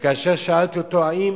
וכאשר שאלתי אותו: האם